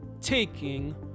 taking